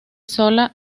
sola